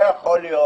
לא יכול להיות,